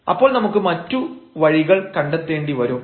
അപ്പോൾ നമുക്ക് മറ്റു വഴികൾ കണ്ടെത്തേണ്ടി വരും